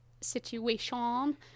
situation